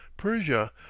persia,